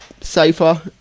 safer